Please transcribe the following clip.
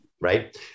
Right